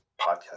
podcast